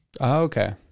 Okay